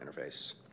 interface